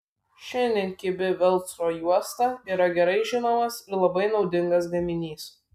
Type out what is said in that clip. šiandien kibi velcro juosta yra gerai žinomas ir labai naudingas gaminys